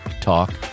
Talk